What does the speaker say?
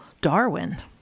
Darwin